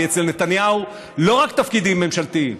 כי אצל נתניהו לא רק תפקידים ממשלתיים,